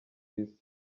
isi